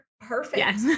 perfect